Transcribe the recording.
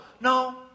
no